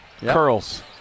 Curls